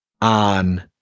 on